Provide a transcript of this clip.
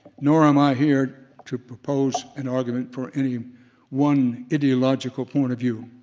nor am i here to propose an argument for any one ideological point of view.